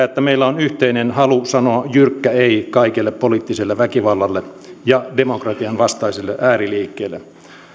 että meillä on yhteinen halu sanoa jyrkkä ei kaikelle poliittiselle väkivallalle ja demokratian vastaisille ääriliikkeille